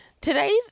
Today's